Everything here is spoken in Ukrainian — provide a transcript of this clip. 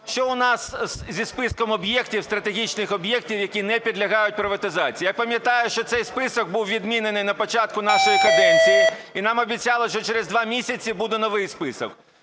Що у нас зі списком об'єктів, стратегічних об'єктів, які не підлягають приватизації? Я пам'ятаю, що цей список був відмінений на початку нашої каденції, і нам обіцяли, що через два місяці буде новий список.